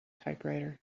typewriter